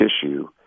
tissue